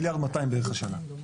נעבור הלאה.